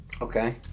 Okay